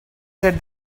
said